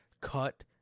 Cut